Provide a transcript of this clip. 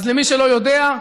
אז למי שלא יודע,